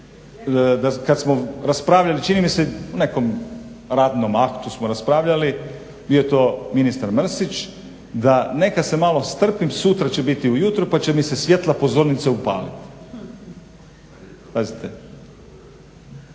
kad smo raspravljali čini mi se o nekom radnom aktu smo raspravljali bio je to ministar Mrsić da neka se malo strpim, sutra će biti ujutro pa će mi se svjetla pozornice upaliti.